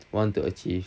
want to achieve